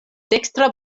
dekstra